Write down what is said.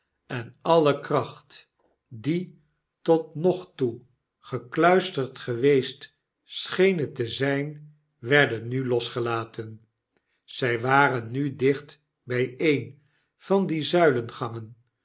en alle kracht die tot nog toe gekluisterd geweest schenen te zijn werden nu tosgelaten zij waren nu dicht bij een van die